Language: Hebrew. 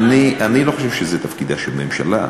אני לא חושב שזה תפקידה של ממשלה,